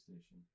station